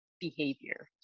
behavior